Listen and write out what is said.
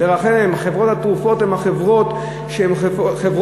ולכן חברות התרופות הן חברות משגשגות,